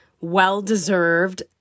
well-deserved